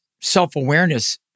self-awareness